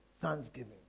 thanksgiving